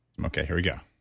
okay, here we go.